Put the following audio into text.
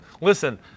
listen